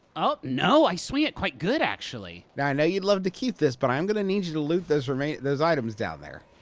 oh, no! i swing it quite good, actually! now, i know you'd love to keep this, but i'm gonna need you to loot those i mean those items down there.